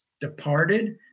departed